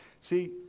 See